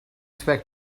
expect